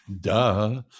duh